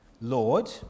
Lord